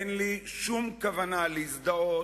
אין לי שום כוונה להזדהות,